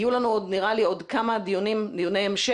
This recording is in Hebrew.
נראה לי שיהיו לנו עוד כמה דיוני המשך.